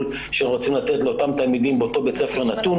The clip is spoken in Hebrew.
שרוצים לתת לאותם תלמידים באותו בית ספר נתון.